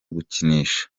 gukinisha